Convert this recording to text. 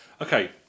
Okay